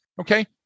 okay